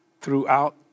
throughout